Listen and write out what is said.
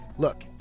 Look